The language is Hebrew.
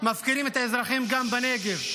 מפקירים את האזרחים גם בנגב,